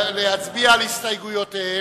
להצביע על הסתייגויותיהם,